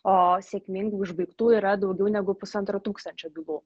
o sėkmingai užbaigtų yra daugiau negu pusantro tūkstančio bylų